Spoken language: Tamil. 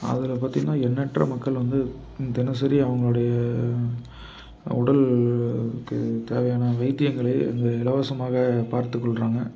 அதில் பார்த்திங்கன்னா எண்ணற்ற மக்கள் வந்து தினசரி அவங்களுடைய உடலுக்கு தேவையான வைத்தியங்களை அங்கே இலவசமாக பார்த்துக் கொள்கிறாங்க